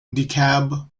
dekalb